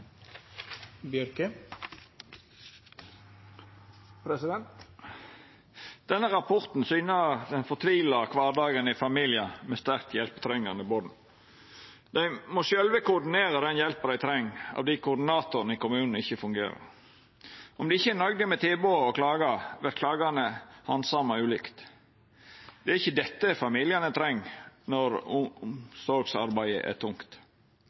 hele landet. Denne rapporten syner den fortvila kvardagen i familiar med sterkt hjelpetrengande born. Dei må sjølve koordinera den hjelpa dei treng, fordi koordinatoren i kommunen ikkje fungerer. Om dei ikkje er nøgde med tilbodet og klagar, vert klagene handsama ulikt. Det er ikkje dette familiane treng når omsorgsarbeidet er tungt.